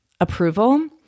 approval